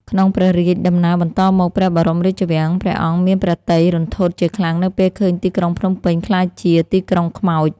ក្នុងព្រះរាជដំណើរបន្តមកព្រះបរមរាជវាំង ព្រះអង្គមានព្រះទ័យរន្ធត់ជាខ្លាំងនៅពេលឃើញទីក្រុងភ្នំពេញក្លាយជា «ទីក្រុងខ្មោច»។